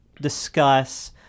discuss